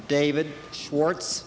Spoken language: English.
david schwartz